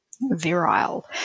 virile